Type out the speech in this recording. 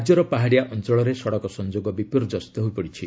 ରାଜ୍ୟର ପାହାଡ଼ିଆ ଅଞ୍ଚଳରେ ସଡ଼କ ସଂଯୋଗ ବିପର୍ଯ୍ୟସ୍ତ ହୋଇପଡ଼ିଛି